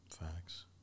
Facts